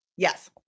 Yes